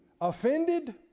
offended